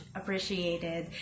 appreciated